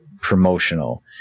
promotional